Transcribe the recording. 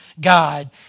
God